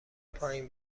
پایین